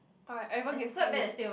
what everyone can see you